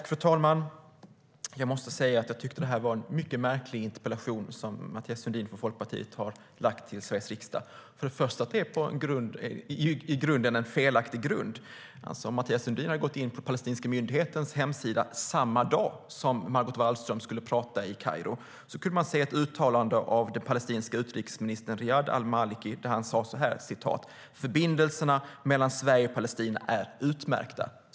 Fru talman! Jag måste säga att det är en mycket märklig interpellation som Mathias Sundin från Folkpartiet ställt i Sveriges riksdag. För det första är den ställd på felaktig grund. Mathias Sundin har gått in på palestinska myndighetens hemsida. Samma dag som Margot Wallström skulle tala i Kairo fanns där ett uttalande av den palestinske utrikesministern Riad al-Maleki som sa: Förbindelserna mellan Sverige och Palestina är utmärkta.